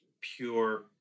pure